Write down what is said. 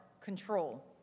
control